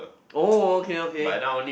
oh okay okay